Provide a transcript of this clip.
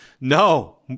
No